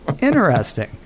interesting